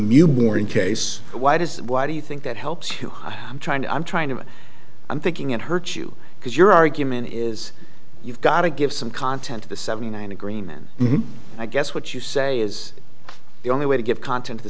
mmu boring case why does why do you think that helps you i'm trying to i'm trying to i'm thinking it hurts you because your argument is you've got to give some content to the seventy nine agreement i guess what you say is the only way to get content